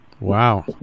Wow